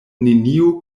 neniu